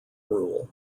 rule